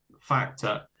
factor